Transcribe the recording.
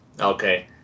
Okay